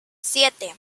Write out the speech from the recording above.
siete